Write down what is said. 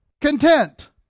content